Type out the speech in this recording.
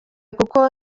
kuko